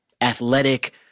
athletic